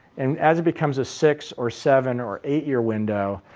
and as it becomes a six or seven or eight year window,